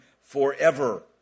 forever